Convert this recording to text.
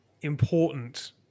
important